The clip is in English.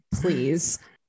please